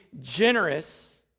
generous